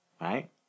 Right